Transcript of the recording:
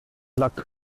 luck